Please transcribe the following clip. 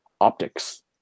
optics